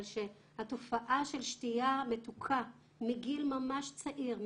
שהתופעה של שתיה מתוקה מגיל ממש צעיר,